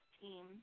team